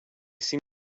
seem